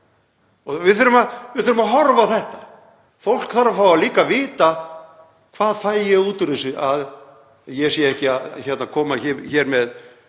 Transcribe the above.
og við þurfum að horfa á þetta. Fólk þarf líka að fá að vita: Hvað fæ ég út úr þessu, að ég sé ekki að koma með